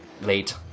late